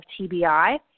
TBI